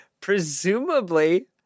presumably